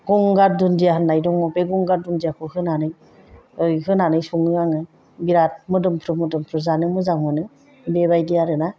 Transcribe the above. गंगार दुन्दिया होननाय दङ बे गंगार दुन्दियाखौ होनानै ओरै होनानै सङो आङो बिराद मोदोमफ्रु मोदोमफ्रु जानो मोजां मोनो बेबायदि आरो ना